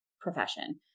profession